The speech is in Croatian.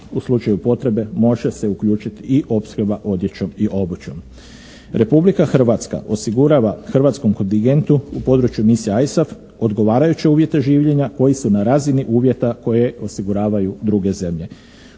u slučaju potrebe može se uključiti opskrba odjećom i obućom. Republike Hrvatska osigurava hrvatskom kontingentu u području misije ISAF odgovarajuće uvjete življenja koji su na razini uvjeta koje osiguravaju druge zemlje.